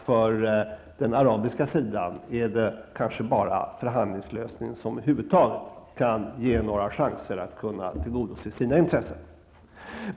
För den arabiska sidan däremot, är det kanske bara genom en förhandlingslösning som man över huvud taget har några chanser att tillgodose sina intressen.